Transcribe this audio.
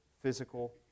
physical